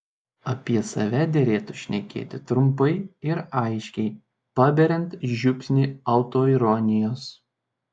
apie save derėtų šnekėti trumpai ir aiškiai paberiant žiupsnį autoironijos